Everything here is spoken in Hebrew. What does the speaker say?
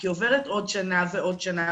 כי עוברת עוד שנה ועוד שנה,